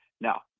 Now